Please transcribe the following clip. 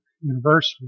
University